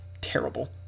terrible